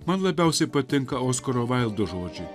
man labiausiai patinka oskaro vaildo žodžiai